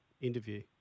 interview